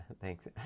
Thanks